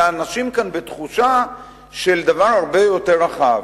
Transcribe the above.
אלא אנשים כאן בתחושה של דבר הרבה יותר רחב.